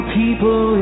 people